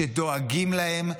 שדואגים להם,